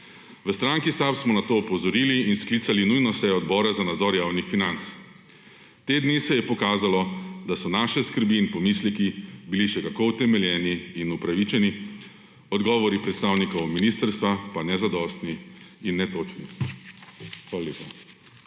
V stranki SAB smo na to opozorili in sklicali nujno sejo odbora za nadzor javnih financ. Te dni se je pokazalo, da so naše skrbi in pomisleki bili še kako utemeljeni in upravičeni, odgovori predstavnikov ministrstva pa nezadostni in netočni. Hvala lepa.